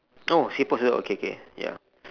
!oh! siput sedut okay okay ya